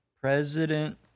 president